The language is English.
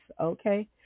Okay